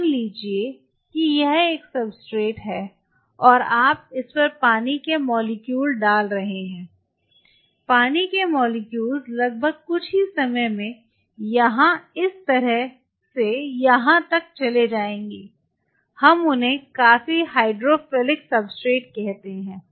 मान लीजिए कि यह एक सब्सट्रेट है और आप इस पर पानी के मोलेक्युल्स डाल देते हैं पानी के मोलेक्युल्स लगभग कुछ ही समय में यहाँ से इस तरह यहाँ तक चले जायेंगे हम उन्हें काफी हाइड्रोफिलिक सब्सट्रेट कहते हैं